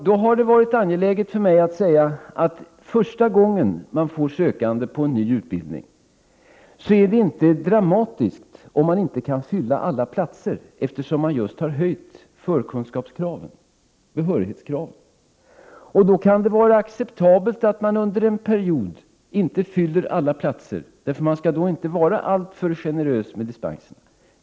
Då har det varit angeläget för mig att säga att första gången man får sökande till en ny utbildning är det inte dramatiskt, om man inte kan fylla alla platser, eftersom man just har höjt behörighetskraven. Då kan det vara acceptabelt att man under en period inte fyller alla platser, för man skall inte vara alltför generös med dispenser.